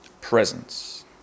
presence